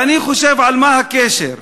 ואני חושב, מה הקשר: